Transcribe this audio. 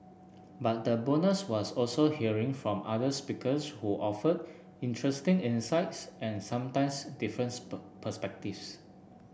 but the bonus was also hearing from other speakers who offered interesting insights and sometimes different perspectives